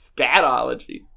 Scatology